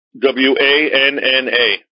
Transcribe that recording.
W-A-N-N-A